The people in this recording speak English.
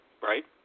right